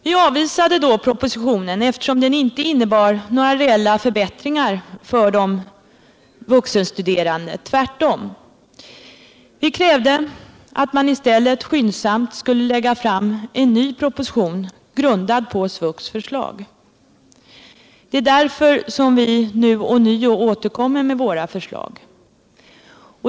Vi avvisade då propositionen, eftersom den inte innebar några reella förbättringar för de vuxenstuderande utan tvärtom. Vi krävde att man i stället skyndsamt skulle lägga fram en ny proposition, grundad på SVUX förslag. Det är därför som vi nu återkommer med våra förslag.